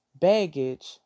baggage